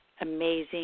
amazing